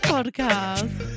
Podcast